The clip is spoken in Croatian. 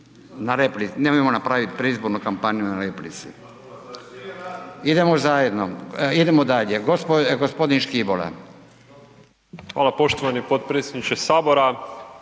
nemojmo napraviti predizbornu kampanju na replici. Idemo zajedno. Idemo dalje. Gospodin Škibola. **Škibola, Marin (Nezavisni)** Hvala